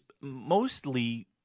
mostly